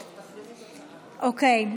אוקיי.